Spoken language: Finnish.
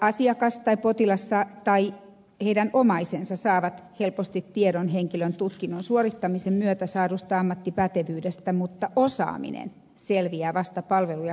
asiakas tai potilas tai heidän omaisensa saavat helposti tiedon henkilön tutkinnon suorittamisen myötä saadusta ammattipätevyydestä mutta osaaminen selviää vasta palveluja käyttämällä